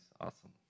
Awesome